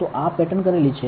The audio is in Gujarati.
તો આ પેટર્ન કરેલી છે